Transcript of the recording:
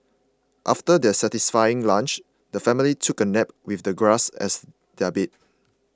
after their satisfying lunch the family took a nap with the grass as their bed